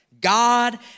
god